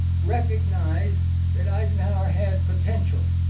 recognized that eisenhower had potential.